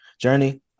journey